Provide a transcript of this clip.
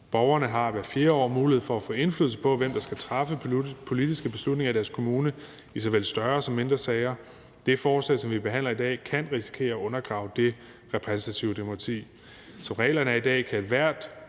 Borgerne har hvert fjerde år mulighed for at få indflydelse på, hvem der skal træffe politiske beslutninger i deres kommune i såvel større som mindre sager, og det forslag, som vi behandler i dag, kan risikere at undergrave det repræsentative demokrati.